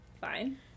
fine